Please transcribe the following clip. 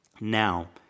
Now